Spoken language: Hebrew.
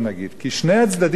כי שני הצדדים שם